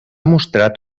mostrat